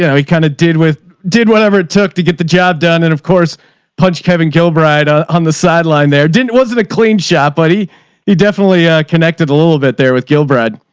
you know he kind of did with did whatever it took to get the job done. and of course punched kevin gilbride on, on the sideline there didn't, wasn't a clean shot. buddy he definitely a connected a little bit there with gil bread.